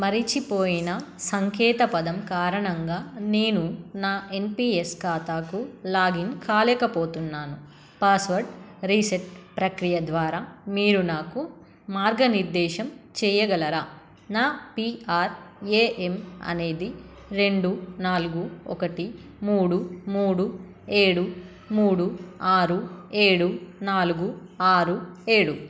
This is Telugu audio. మరచిపోయిన సంకేతపదం కారణంగా నేను నా ఎన్పీఎస్ ఖాతాకు లాగిన్ కాలేకపోతున్నాను పాస్వర్డ్ రీసెట్ ప్రక్రియ ద్వారా మీరు నాకు మార్గనిర్దేశం చేయగలరా నా పీఆర్ఏఎమ్ అనేది రెండు నాలుగు ఒకటి మూడు మూడు ఏడు మూడు ఆరు ఏడు నాలుగు ఆరు ఏడు